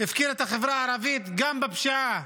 הפקיר את החברה הערבית גם בפשיעה,